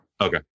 Okay